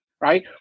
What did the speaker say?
right